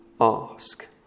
ask